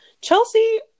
Chelsea